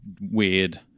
weird